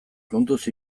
kontuz